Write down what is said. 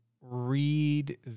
read